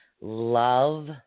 love